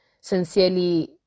sincerely